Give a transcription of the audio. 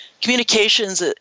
Communications